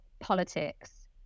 politics